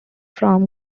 from